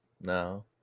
no